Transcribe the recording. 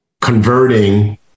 converting